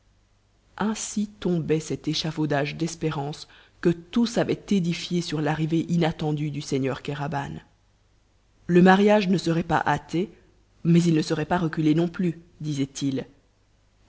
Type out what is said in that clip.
ainsi tombait cet échafaudage d'espérances que tous avaient édifié sur l'arrivée inattendue du seigneur kéraban le mariage ne serait pas hâté mais il ne serait pas reculé non plus disait-il